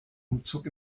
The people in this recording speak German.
umzug